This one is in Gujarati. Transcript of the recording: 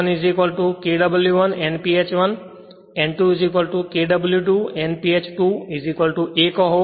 N1 Kw1 Nph1 N2 Kw2 Nph 2 a કહો